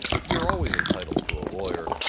you're always entitled to a lawyer,